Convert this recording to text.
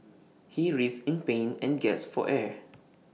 he writhed in pain and gasped for air